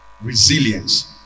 Resilience